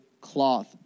cloth